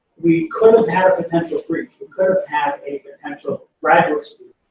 we could've had a potential breach, we could've had a potential graduate so